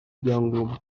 ibyangombwa